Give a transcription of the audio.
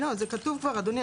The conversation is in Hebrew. זה כתוב כבר, אדוני.